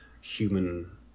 human